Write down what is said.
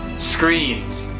screens,